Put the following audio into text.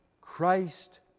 Christ